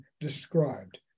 described